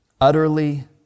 Utterly